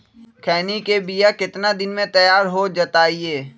खैनी के बिया कितना दिन मे तैयार हो जताइए?